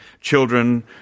children